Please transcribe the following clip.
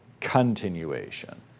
continuation